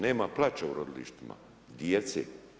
Nema plača u rodilištima, djece.